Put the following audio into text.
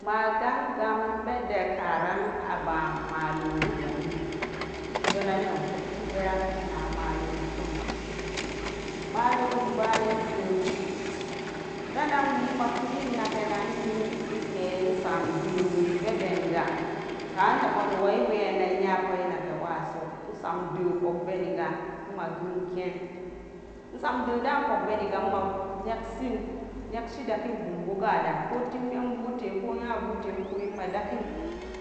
Magamgamen ade karan abama loreranga dodan nohelpte verac na malore tomman malore banen de penan we mmafiddin wekesan de webe ben ka den benan we nmafiddin nagani weke insamda webeben ga pende wesamda puk benniga we samde dan puk benna ga maniksin daggin bumbu ga da binmembute konyen nmaku re nmadagen